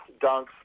dunks